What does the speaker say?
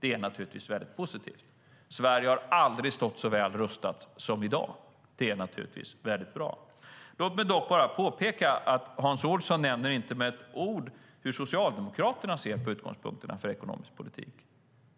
Det är naturligtvis positivt. Sverige har aldrig stått så väl rustat som i dag, och det är naturligtvis bra. Låt mig dock påpeka att Hans Olsson inte nämner med ett ord hur Socialdemokraterna ser på utgångspunkterna för den ekonomiska politiken.